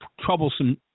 troublesome